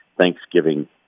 Thanksgiving